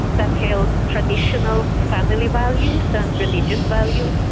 that held traditional family values and religious values,